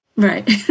Right